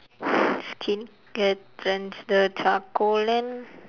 skincare trends the charcoal and